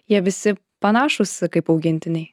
jie visi panašūs kaip augintiniai